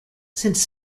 since